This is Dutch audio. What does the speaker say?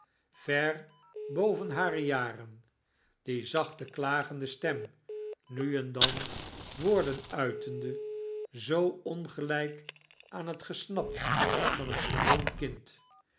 ver boven hare jaren die zachte klagende stem nu en dan woorden uitende zoo ongeljjk aan het gesnap van een gewoon kind